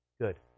good